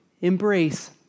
embrace